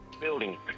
building